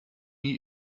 mir